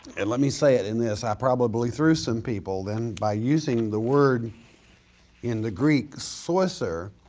and let me say it in this, i probably threw some people then by using the word in the greek, saucer,